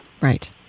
Right